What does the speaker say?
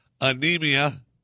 Anemia